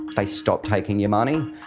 they stop taking your money.